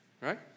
Right